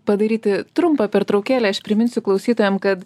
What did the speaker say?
padaryti trumpą pertraukėlę aš priminsiu klausytojam kad